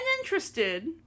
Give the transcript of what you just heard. interested